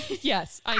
yes